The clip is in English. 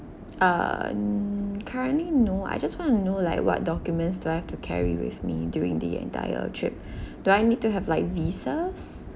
err currently no I just want to know like what documents do I have to carry with me during the entire trip do I need to have like visa